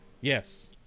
yes